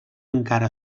encara